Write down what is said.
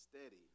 steady